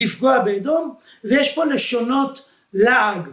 ‫יפגוע באדום, ויש פה לשונות לעג.